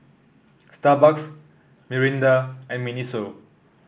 Starbucks Mirinda and Miniso